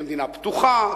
כמדינה פתוחה,